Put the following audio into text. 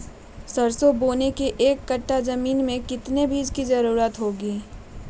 सरसो बोने के एक कट्ठा जमीन में कितने बीज की जरूरत होंगी?